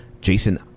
Jason